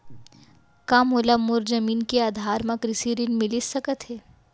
का मोला मोर जमीन के आधार म कृषि ऋण मिलिस सकत हे?